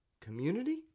Community